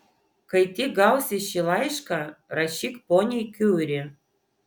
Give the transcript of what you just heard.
kai tik gausi šį laišką rašyk poniai kiuri